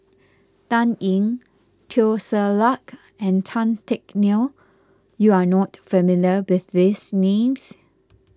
Dan Ying Teo Ser Luck and Tan Teck Neo you are not familiar with these names